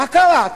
מה קרה?